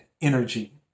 energy